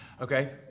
Okay